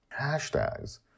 Hashtags